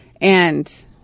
and-